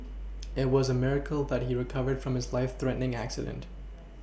it was a miracle but he recovered from his life threatening accident